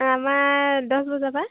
আমাৰ দহ বজাৰ পৰা